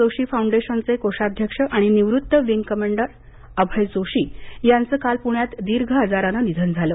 जोशी फाउंडेशनचे कोषाध्यक्ष आणि निवृत्त विंग कमांडर अभय जोशी यांचं काल पुण्यात दीर्घ आजारानं निधन झालं